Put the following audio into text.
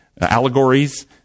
allegories